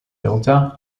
delta